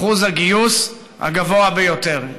אחוז הגיוס הגבוה ביותר.